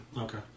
Okay